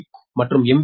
we மற்றும் M